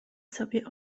sobie